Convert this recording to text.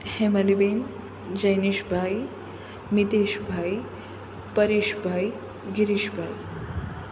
હેમાલીબેન જૈનિષભાઈ મીતેશભાઈ પરેશભાઈ ગિરીશભાઈ